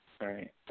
right